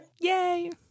Yay